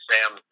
Sam